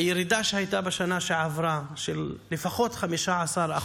הירידה בשנה שעברה הייתה של לפחות 15%,